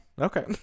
Okay